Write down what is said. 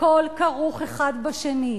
הכול כרוך האחד בשני,